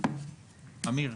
אנחנו